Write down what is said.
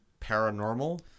paranormal